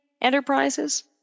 Enterprises